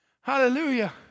Hallelujah